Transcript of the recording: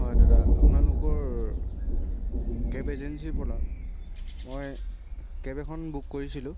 হয় দাদা আপোনালোকৰ কেব এজেঞ্চিৰ পৰা মই কেব এখন বুক কৰিছিলো